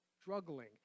struggling